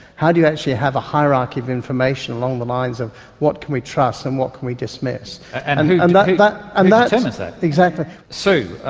how do actually have a hierarchy of information along the lines of what can we trust and what can we dismiss. and who and determines that. exactly. sue,